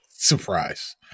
Surprise